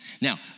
Now